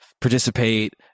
participate